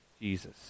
Jesus